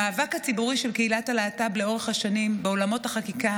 המאבק הציבורי של קהילת הלהט"ב לאורך השנים בעולמות החקיקה,